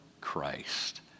Christ